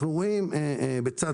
אנחנו רואים בצד